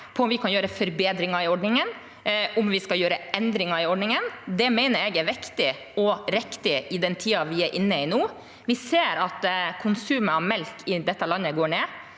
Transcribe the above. om vi kan gjøre forbedringer i ordningene, og om vi skal gjøre endringer i ordningene. Det mener jeg er viktig og riktig i den tiden vi er inne i nå. Vi ser at konsumet av melk i landet går ned,